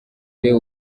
ureba